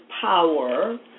power